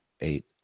Eight